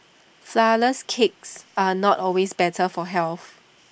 Flourless Cakes are not always better for health